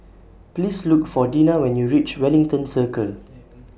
Please Look For Dina when YOU REACH Wellington Circle